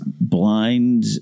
blind